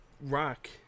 Rock